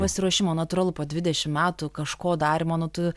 pasiruošimo natūralu po dvidešim metų kažko darymo nu tu